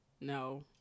No